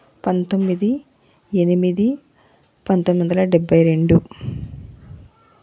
పంతొమ్మిది ఎనిమిది పంతొమ్మిది వందల డెబ్బై రెండు